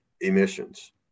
emissions